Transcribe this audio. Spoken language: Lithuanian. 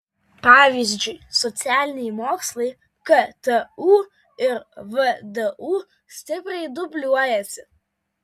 pavyzdžiui socialiniai mokslai ktu ir vdu stipriai dubliuojasi